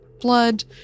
blood